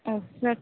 अच्छा